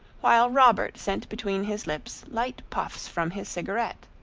while robert sent between his lips light puffs from his cigarette.